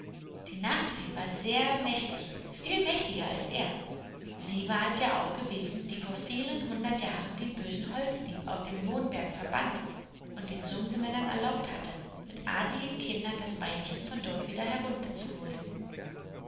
die nachtfee war sehr mächtig viel mächtiger als er sie war es ja auch gewesen die vor vielen hundert jahren den bösen holzdieb auf den mondberg verbannt und den sumsemännern erlaubt hatte mit artigen kindern das beinchen von dort wieder herunterzuholen